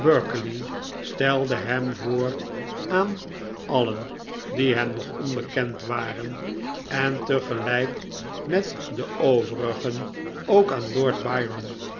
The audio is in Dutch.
stelde hem voor aan alien die hem nog onbekend waren en tegelijk met de overigen ook aan lord byron